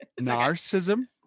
narcissism